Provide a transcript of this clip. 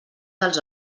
dels